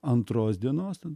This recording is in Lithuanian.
antros dienos tad